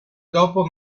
dopo